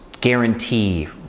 guarantee